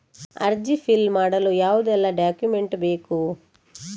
ಅರ್ಜಿ ಫಿಲ್ ಮಾಡಲು ಯಾವುದೆಲ್ಲ ಡಾಕ್ಯುಮೆಂಟ್ ಬೇಕು?